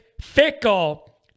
fickle